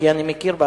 כי אני מכיר בה,